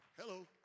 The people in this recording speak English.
Hello